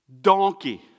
donkey